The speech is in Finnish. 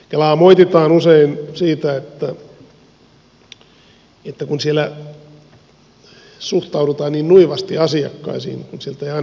kelaa moititaan usein siitä että siellä suhtaudutaan niin nuivasti asiakkaisiin että sieltä ei aina saa sitä mitä haetaan